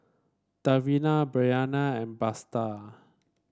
Davina Brianna and Buster